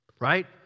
right